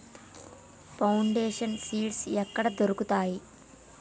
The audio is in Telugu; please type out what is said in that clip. ఫౌండేషన్ సీడ్స్ ఎక్కడ దొరుకుతాయి?